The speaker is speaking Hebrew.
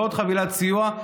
ועוד חבילת סיוע,